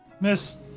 Miss